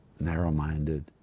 narrow-minded